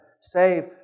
save